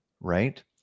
Right